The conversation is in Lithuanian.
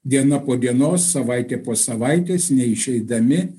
diena po dienos savaitė po savaitės neišeidami